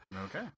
okay